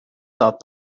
thought